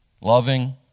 loving